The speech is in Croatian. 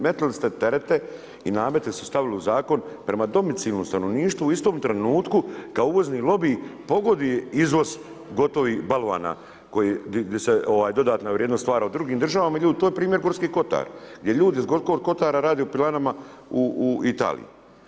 Metnuli ste terete i namete su stavili u zakon prema domicilnom stanovništvu u istom trenutku kada uvozni lobiji pogoduje izvoz gotovih balvana koji, gdje se dodatna vrijednost stvara u drugim državama a to je primjer Gorski Kotar gdje ljudi iz Gorskog Kotara rade u pilanama u Italiji.